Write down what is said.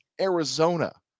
Arizona